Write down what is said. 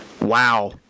wow